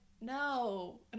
no